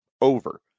over